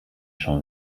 shall